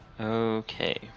Okay